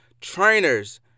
trainers